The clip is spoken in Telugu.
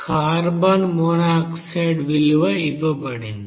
కార్బన్ మోనాక్సైడ్ విలువ ఇవ్వబడింది